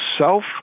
self